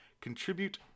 contribute